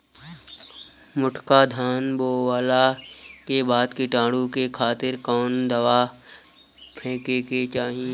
मोटका धान बोवला के बाद कीटाणु के खातिर कवन दावा फेके के चाही?